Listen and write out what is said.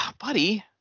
Buddy